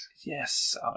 Yes